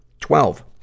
Twelve